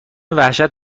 وحشت